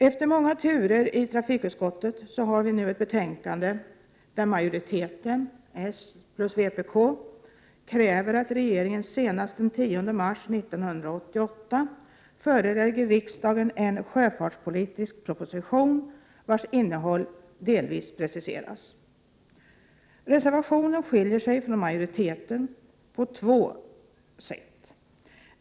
Efter många turer i trafikutskottet har vi nu ett betänkande där majoriteten, bestående av socialdemokraterna och vpk, kräver att regeringen senast den 10 mars 1988 förelägger riksdagen en sjöfartspolitisk proposition vars innehåll delvis preciseras. Reservationen skiljer sig från majoritetens uppfattning på två sätt.